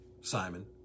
Simon